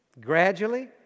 gradually